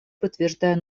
подтверждаю